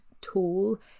tool